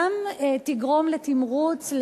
גם תגרום לתמרוץ,